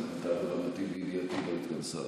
למיטב הבנתי וידיעתי היא עדיין לא התכנסה,